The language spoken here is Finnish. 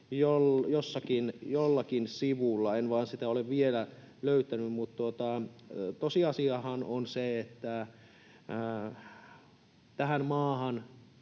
jollakin sivulla, en vain niitä ole vielä löytänyt. Mutta tosiasiahan on se, että tähän maahan